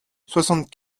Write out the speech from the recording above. soixante